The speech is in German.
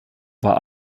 war